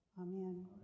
Amen